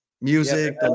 music